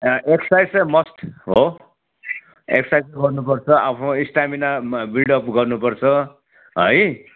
exercise चाहिँ must हो exercise गर्नुपर्छ आफ्नो स्टामिना बिल्ड अप गर्नुपर्छ है